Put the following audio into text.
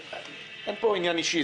אין פה עניין אישי.